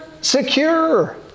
secure